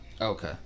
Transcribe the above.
Okay